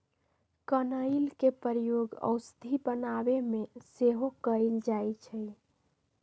कनइल के प्रयोग औषधि बनाबे में सेहो कएल जाइ छइ